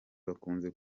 bakunze